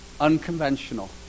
unconventional